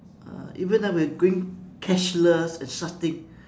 uh even now we are going cashless and such thing